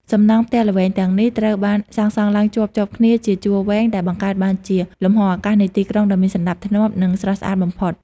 សំណង់ផ្ទះល្វែងទាំងនេះត្រូវបានសាងសង់ឡើងជាប់ៗគ្នាជាជួរវែង ដែលបង្កើតបានជាលំហអាកាសនៃទីក្រុងដ៏មានសណ្តាប់ធ្នាប់ និងស្រស់ស្អាតបំផុត។